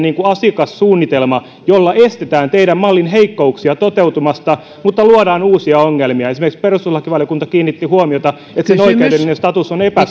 kuten asiakassuunnitelma joilla estetään teidän mallinne heikkouksia toteutumasta mutta luodaan uusia ongelmia esimerkiksi perustuslakivaliokunta kiinnitti huomiota siihen että sen oikeudellinen status